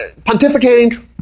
pontificating